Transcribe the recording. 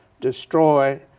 destroy